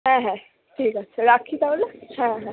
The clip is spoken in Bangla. হ্যাঁ হ্যাঁ ঠিক আছে রাখি তাহলে হ্যাঁ হ্যাঁ